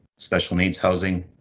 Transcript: special needs housing.